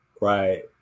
right